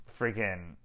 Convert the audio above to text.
freaking